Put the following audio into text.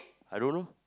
I don't know